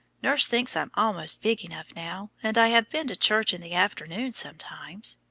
nurse thinks i'm almost big enough now, and i have been to church in the afternoon sometimes.